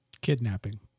Kidnapping